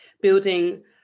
building